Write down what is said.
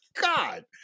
God